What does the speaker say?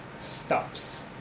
stops